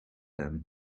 ann